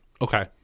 Okay